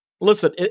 listen